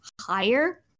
higher